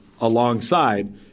alongside